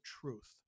truth